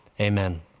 Amen